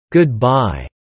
Goodbye